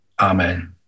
Amen